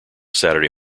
saturday